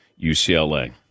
UCLA